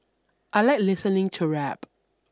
I like listening to rap